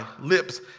lips